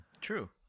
True